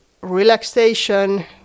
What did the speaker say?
relaxation